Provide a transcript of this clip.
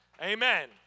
Amen